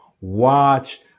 Watch